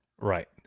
Right